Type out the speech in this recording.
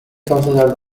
considered